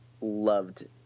loved